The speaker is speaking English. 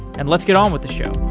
and let's get on with the show